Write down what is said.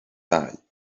dau